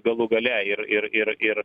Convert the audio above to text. galų gale ir ir ir ir